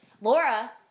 Laura